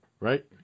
right